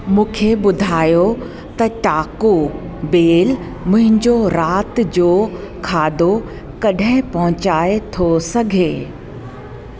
मूंखे ॿुधायो त टाको बेल मुंहिंजो राति जो खाधो कॾहिं पहुचाए थो सघे